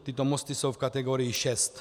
Tyto mosty jsou v kategorii 6.